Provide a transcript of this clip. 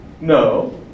No